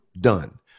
done